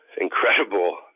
incredible